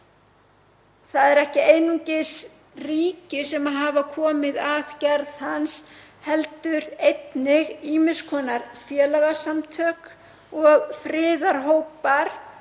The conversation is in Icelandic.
Það eru ekki einungis ríki sem hafa komið að gerð hans heldur einnig ýmiss konar félagasamtök og friðarhópar